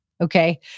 Okay